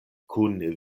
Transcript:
kun